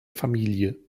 familie